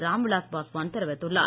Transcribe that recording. ராம்விலாஸ் பாஸ்வான் தெரிவித்துள்ளார்